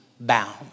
Bound